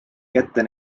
kätte